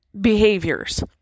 behaviors